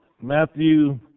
Matthew